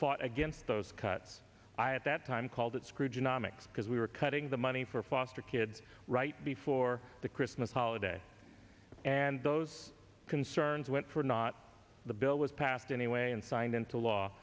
fought against those cuts i at that time called it scroogenomics because we were cutting the money for foster kids right before the christmas holiday and those concerns went for not the bill was passed anyway and signed into law